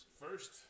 first